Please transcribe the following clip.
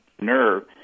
nerve